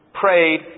prayed